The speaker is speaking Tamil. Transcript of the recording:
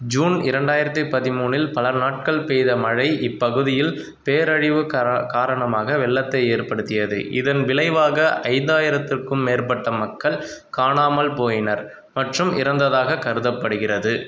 ஜூன் இரண்டாயிரத்து பதிமூணு இல் பல நாட்கள் பெய்த மழை இப்பகுதியில் பேரழிவு காரணமாக வெள்ளத்தை ஏற்படுத்தியது இதன் விளைவாக ஐந்தாயிரத்துக்கும் மேற்பட்ட மக்கள் காணாமல் போயினர் மற்றும் இறந்ததாகக் கருதப்படுகிறது